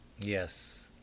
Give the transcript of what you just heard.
Yes